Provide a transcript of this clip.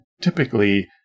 typically